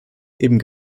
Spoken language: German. eben